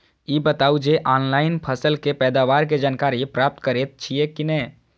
ई बताउ जे ऑनलाइन फसल के पैदावार के जानकारी प्राप्त करेत छिए की नेय?